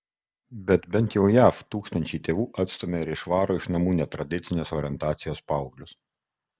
bet bent jau jav tūkstančiai tėvų atstumia ir išvaro iš namų netradicinės orientacijos paauglius